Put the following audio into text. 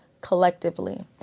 collectively